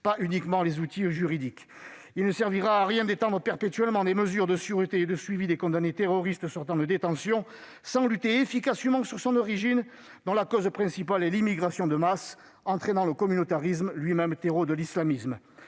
pas uniquement les outils juridiques. Quoi qu'il en soit, il ne servira à rien d'étendre perpétuellement les mesures de sûreté et de suivi des condamnés terroristes sortant de détention sans lutter efficacement contre l'origine de ce phénomène, dont la cause principale est l'immigration de masse, qui entraîne le communautarisme, lui-même terreau de l'islamisme.